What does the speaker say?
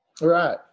Right